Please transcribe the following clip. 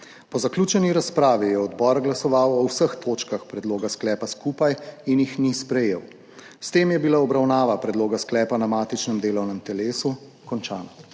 Po zaključeni razpravi je odbor glasoval o vseh točkah predloga sklepa skupaj in jih ni sprejel. S tem je bila obravnava predloga sklepa na matičnem delovnem telesu končana.